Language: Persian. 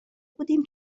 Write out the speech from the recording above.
بودیم